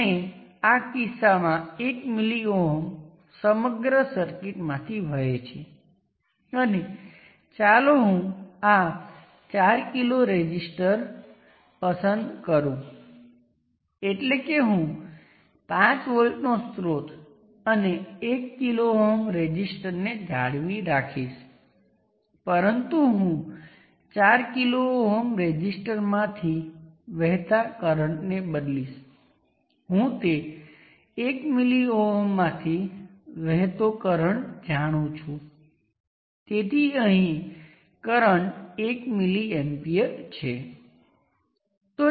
અને આ current source શું છે જેમાં બે ટર્મિનલ વચ્ચે શોર્ટ સર્કિટમાં વહેતો કરંટ છે અને આ રેઝિસ્ટર RN કંઈ નથી પરંતુ ઇન્ડિપેન્ડન્ટ ટર્મિનલને ડિએક્ટિવ અથવા નલ સાથે બે ટર્મિનલમાં જોતા રેઝિસ્ટન્સ એટલે કે તેમને 0 કહેવામાં આવે છે તેથી થેવેનિનના થિયોરમનું ડ્યુએલ બરાબર છે